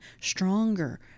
stronger